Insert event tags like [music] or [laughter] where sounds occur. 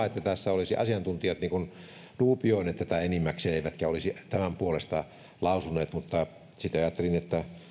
[unintelligible] että tässä olisivat asiantuntijat enimmäkseen duubioineet tätä eivätkä olisi tämän puolesta lausuneet mutta sitten ajattelin että